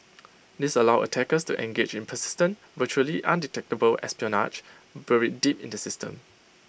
this allows attackers to engage persistent virtually undetectable espionage buried deep in the system